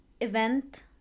event